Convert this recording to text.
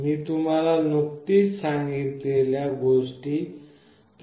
मी तुम्हाला नुकतीच सांगितलेल्या गोष्टी प्रत्यक्ष करून दाखवेन